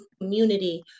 community